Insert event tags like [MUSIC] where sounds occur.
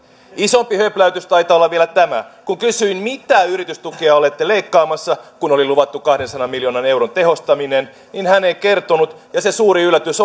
isompi höpläytys taitaa olla vielä tämä kun kysyin mitä yritystukia olette leikkaamassa kun oli luvattu kahdensadan miljoonan euron tehostaminen niin hän ei kertonut ja se suuri yllätys [UNINTELLIGIBLE]